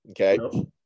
Okay